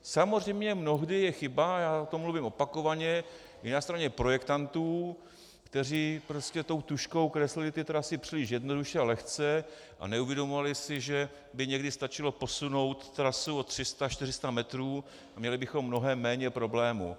Samozřejmě mnohdy je chyba, já o tom mluvím opakovaně, kdy na straně projektantů, kteří prostě tužkou kreslili trasy příliš jednoduše a lehce a neuvědomovali si, že by někdy stačilo posunout trasu o tři sta, čtyři sta metrů a měli bychom mnohem méně problémů.